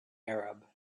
arab